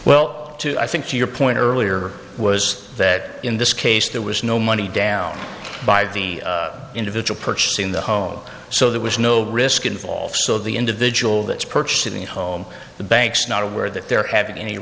well i think your point earlier was that in this case there was no money down by the individual purchasing the home so there was no risk involved so the individual that's purchasing a home the banks not aware that they're having any